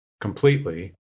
completely